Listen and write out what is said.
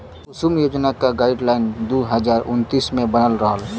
कुसुम योजना क गाइडलाइन दू हज़ार उन्नीस मे बनल रहल